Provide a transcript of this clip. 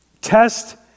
Test